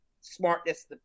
smartness